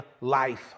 life